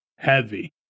Heavy